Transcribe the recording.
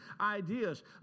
ideas